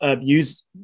use